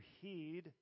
heed